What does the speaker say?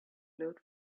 glowed